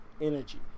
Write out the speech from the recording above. energy